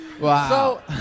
Wow